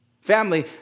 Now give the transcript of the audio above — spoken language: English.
Family